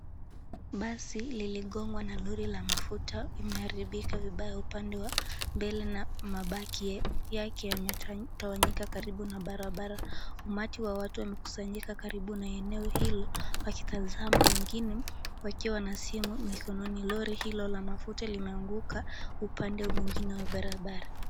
Basi liligongwa na lori ya mafuta limeharibika vibaya upande wa mbele na mabaki yake yametawanyika karibu na barabara. Umati wa watu wamekusanyika karibu na eneo hilo wakitazama wengine wakiwa na simu. Lori la mafuta limeanguka upande mwengine wa barabara.